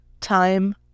Time